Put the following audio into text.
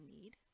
need